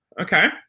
okay